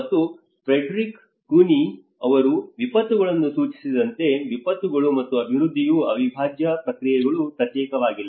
ಮತ್ತು Frederick Cuny ಅವರು ವಿಪತ್ತುಗಳನ್ನು ಸೂಚಿಸಿದಂತೆ ವಿಪತ್ತುಗಳು ಮತ್ತು ಅಭಿವೃದ್ಧಿಯು ಅವಿಭಾಜ್ಯ ಪ್ರಕ್ರಿಯೆಗಳು ಪ್ರತ್ಯೇಕವಾಗಿಲ್ಲ